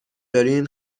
دارین